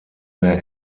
mehr